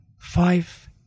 five